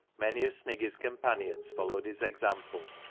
many of sniggy's companions followed his example,